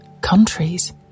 countries